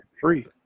free